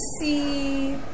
see